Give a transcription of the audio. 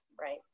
right